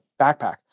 backpack